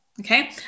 Okay